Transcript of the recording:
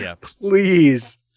Please